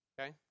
okay